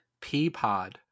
Peapod